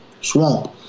Swamp